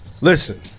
Listen